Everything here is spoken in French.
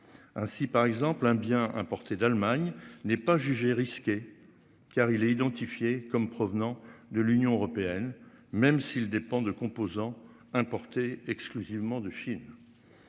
Ainsi par exemple un bien importés d'Allemagne n'est pas jugé risqué car il est identifié comme provenant de l'Union européenne même si il dépend de composants importés exclusivement de Chine.